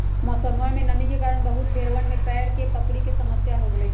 मौसमा में नमी के कारण बहुत भेड़वन में पैर के पपड़ी के समस्या हो गईले हल